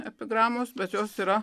epigramos bet jos yra